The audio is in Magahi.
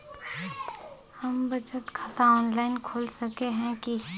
हम बचत खाता ऑनलाइन खोल सके है की?